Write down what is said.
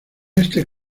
este